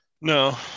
No